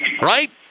right